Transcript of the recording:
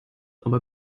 aber